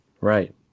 Right